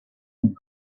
and